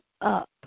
up